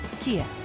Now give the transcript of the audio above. Kia